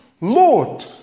Lord